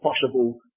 possible